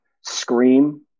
scream